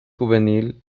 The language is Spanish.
juvenil